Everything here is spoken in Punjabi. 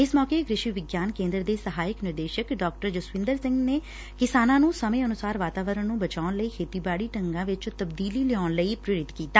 ਇਸ ਮੌਕੇ ਕ੍ਰਿਸ਼ੀ ਵਿਗਿਆਨ ਕੇਂਦਰ ਦੇ ਸਹਾਇਕ ਨਿਰਦੇਸ਼ਕ ਡਾ ਜਸਵਿੰਦਰ ਸਿੰਘ ਨੇ ਕਿਸਾਨਾਂ ਨੂੰ ਸਮੇ ਅਨੁਸਾਰ ਵਾਤਾਵਰਨ ਨੂੰ ਬਚਾਉਣ ਲਈ ਖੇਤੀਬਾੜੀ ਢੰਗਾ ਵਿਚ ਤਬਦੀਲੀ ਲਿਆਊਣ ਲਈ ਪ੍ਰੇਰਿਤ ਕੀਤਾ